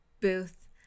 booth